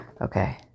Okay